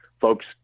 folks